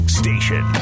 station